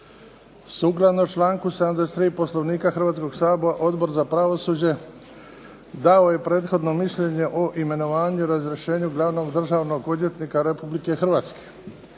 Sukladno članku 73. Poslovnika Hrvatskog sabora Odbor za pravosuđe dao je prethodno mišljenje o imenovanju i razrješenju glavnog državnog odvjetnika Republike Hrvatske.